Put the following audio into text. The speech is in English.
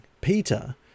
Peter